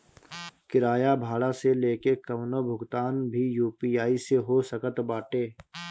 किराया भाड़ा से लेके कवनो भुगतान भी यू.पी.आई से हो सकत बाटे